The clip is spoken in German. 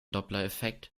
dopplereffekt